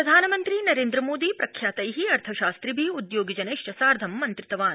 प्रधानमन्त्री प्रधानमन्त्री नरेन्द्रमोदी प्रख्यातै अर्थशास्त्रिभि उद्योगिजनैश्च सार्थं मन्त्रितवान्